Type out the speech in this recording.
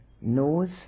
knows